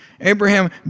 Abraham